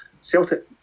Celtic